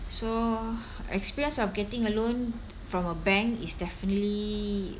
so experience of getting a loan from a bank is definitely